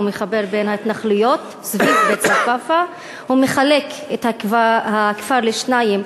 הוא מחבר את ההתנחלויות סביב בית-צפאפא ומחלק את הכפר לשניים.